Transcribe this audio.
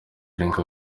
lynca